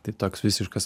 tai toks visiškas